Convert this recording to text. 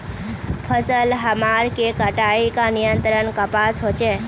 फसल हमार के कटाई का नियंत्रण कपास होचे?